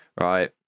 right